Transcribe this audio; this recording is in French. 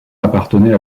appartenait